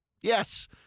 Yes